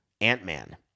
Ant-Man